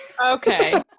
Okay